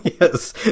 Yes